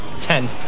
Ten